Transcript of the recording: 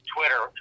Twitter